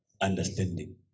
understanding